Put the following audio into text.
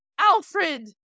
Alfred